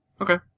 Okay